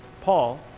Paul